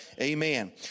Amen